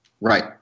Right